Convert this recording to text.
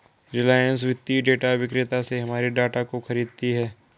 रिलायंस वित्तीय डेटा विक्रेता से हमारे डाटा को खरीदती है